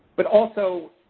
but also,